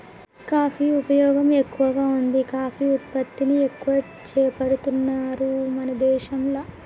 coffee ఉపయోగం ఎక్కువగా వుంది కాఫీ ఉత్పత్తిని ఎక్కువ చేపడుతున్నారు మన దేశంల